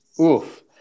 oof